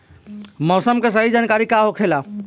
मौसम के सही जानकारी का होखेला?